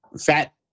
fat